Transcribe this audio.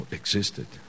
existed